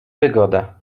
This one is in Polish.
wygodę